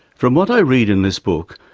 from what i read in this book,